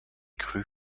crues